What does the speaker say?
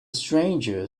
stranger